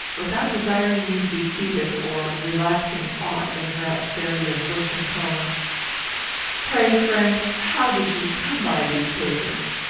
without desiring me to be seated, or relaxing aught in her asperity of looks and tones pray, friend, how did you come by these papers?